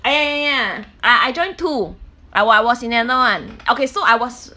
ah ya ya ya ah I joined two I was I was in another [one] okay so I was